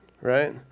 right